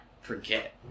forget